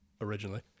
originally